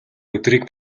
өдрийг